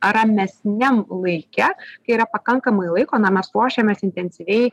ramesniam laike kai yra pakankamai laiko na mes ruošiamės intensyviai